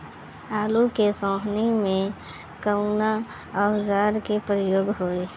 आलू के सोहनी में कवना औजार के प्रयोग होई?